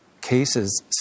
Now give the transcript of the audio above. cases